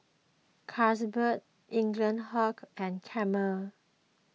Carlsberg Eaglehawk and Camel